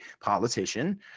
politician